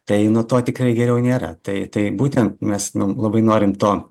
tai nuo to tikrai geriau nėra tai tai būtent mes labai norim to